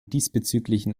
diesbezüglichen